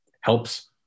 helps